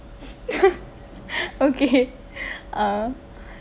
okay uh